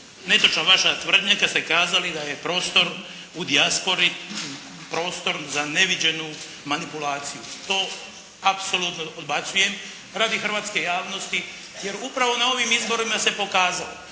razumije./… tvrdnja kad ste kazali da je prostor u dijaspori prostor za neviđenu manipulaciju. To apsolutno odbacujem radi hrvatske javnosti, jer upravo na ovim izborima se pokazalo